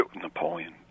Napoleon